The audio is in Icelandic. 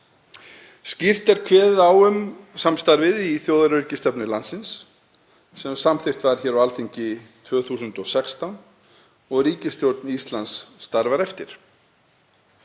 Skýrt er kveðið á um samstarfið í þjóðaröryggisstefnu landsins sem samþykkt var á Alþingi 2016 og ríkisstjórn Íslands starfar eftir.